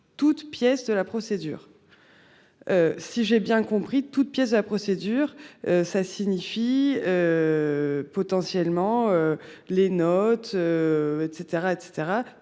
toutes pièces de la procédure. Si j'ai bien compris toutes pièces de la procédure. Ça signifie. Potentiellement les notes. Et